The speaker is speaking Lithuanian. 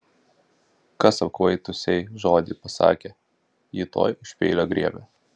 kas apkvaitusiai žodį pasakė ji tuoj už peilio griebia